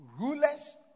rulers